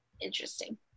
interesting